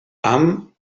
amb